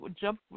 jump